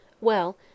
Well